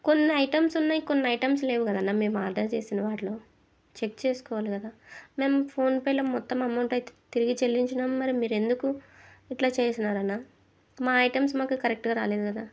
కొన్ని ఐటమ్స్ ఉన్నాయి కొన్ని ఐటమ్స్ లేవు కదన్నా మేము ఆర్డర్ చేసిన వాటిలో చెక్ చేసుకోవాలి కదా మేము ఫోన్పేలో మొత్తం అమౌంట్ అయితే తిరిగి చెల్లించాము మరి మీరెందుకు ఇలా చేశారన్నా మా ఐటమ్స్ మాకు కరెక్ట్గా రాలేదు కదా